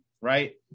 right